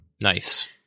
Nice